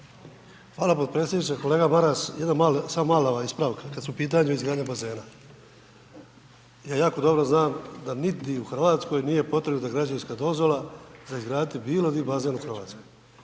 Hvala potpredsjedniče. Kolega Maras, jedna mala, samo mala ispravka, kada su u pitanju izgradnja bazena. Ja jako dobro znam da nigdje u Hrvatskoj nije potrebna građevinska dozvola za izgraditi bilo gdje bazen u Hrvatskoj